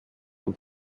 und